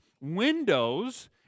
windows